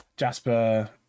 Jasper